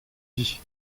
vie